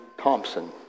Thompson